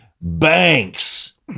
banks